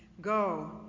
Go